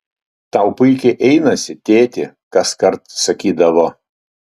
tau puikiai einasi tėti kaskart sakydavo